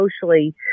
socially